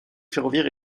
ferroviaire